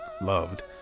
loved